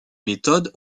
méthodes